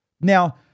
Now